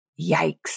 Yikes